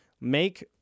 make